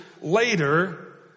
later